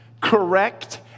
correct